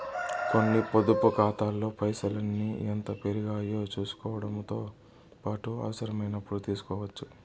కొన్ని పొదుపు కాతాల్లో పైసల్ని ఎంత పెరిగాయో సూసుకోవడముతో పాటు అవసరమైనపుడు తీస్కోవచ్చు